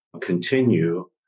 continue